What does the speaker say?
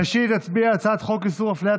ראשית נצביע על הצעת חוק איסור הפליית